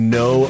no